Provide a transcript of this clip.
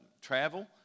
travel